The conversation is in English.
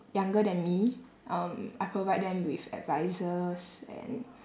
younger than me um I provide them with advices and